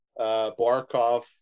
Barkov